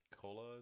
Cola